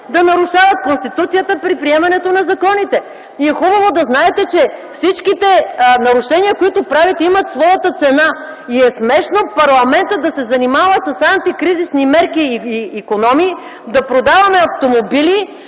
да нарушават Конституцията при приемането на законите. Хубаво е да знаете, че всички нарушения, които правите, имат своята цена и е смешно парламентът да се занимава с антикризисни мерки и икономии, да продаваме автомобили